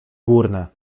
górne